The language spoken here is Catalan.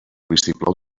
vistiplau